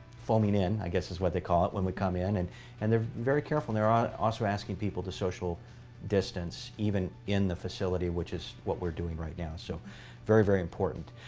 foaming in, i guess, is what they call it when we come in. and and they're very careful. and they're ah also asking people to social distance even in the facility, which is what we're doing right now, so very, very important.